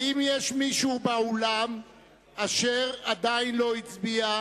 האם יש מישהו באולם שעדיין לא הצביע,